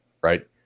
right